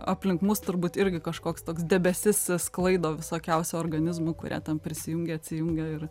aplink mus turbūt irgi kažkoks toks debesis sklaido visokiausių organizmų kurie tem prisijungia atsijungia ir